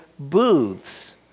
Booths